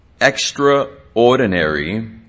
extraordinary